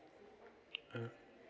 oh